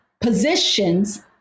positions